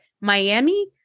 Miami